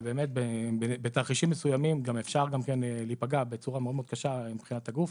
ובאמת בתרחישים מסוימים גם אפשר להיפגע בצורה מאוד קשה מבחינת הגוף,